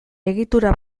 egitura